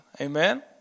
Amen